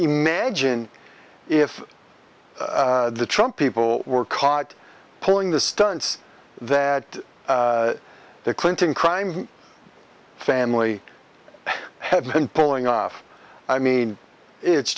imagine if the trump people were caught pulling the stunts that the clinton crime family had been pulling off i mean it's